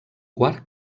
quart